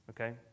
okay